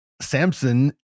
Samson